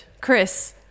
Chris